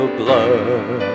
blood